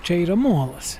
čia yra molas